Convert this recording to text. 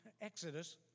Exodus